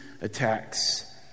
attacks